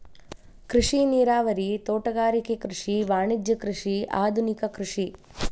ಕೃಷಿ ನೇರಾವರಿ, ತೋಟಗಾರಿಕೆ ಕೃಷಿ, ವಾಣಿಜ್ಯ ಕೃಷಿ, ಆದುನಿಕ ಕೃಷಿ